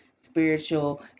spiritual